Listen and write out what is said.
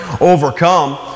overcome